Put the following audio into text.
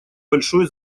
большой